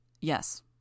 Yes